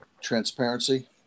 transparency